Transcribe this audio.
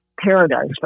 paradise